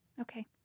Okay